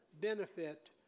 benefit